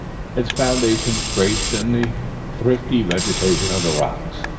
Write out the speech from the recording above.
its foundations draped in the thrifty vegetation of the rocks.